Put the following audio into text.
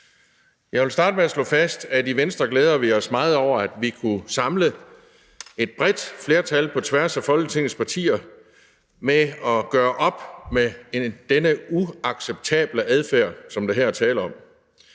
Jeg vil starte med at slå fast, at vi i Venstre glæder os meget over, at vi kunne samle et bredt flertal på tværs af Folketingets partier for at gøre op med denne uacceptable adfærd, som der her er tale om.